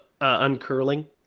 uncurling